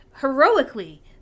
heroically